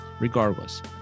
Regardless